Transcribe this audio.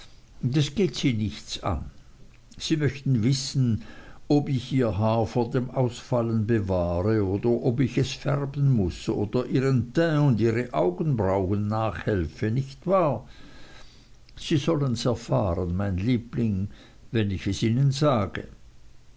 das geht sie nichts an sie möchten wissen ob ich ihr haar vor dem ausfallen bewahre oder ob ich es färben muß oder ihren teint und ihren augenbrauen nachhelfe nicht wahr sie sollens erfahren mein liebling wenn ich es ihnen sage